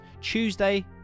Tuesday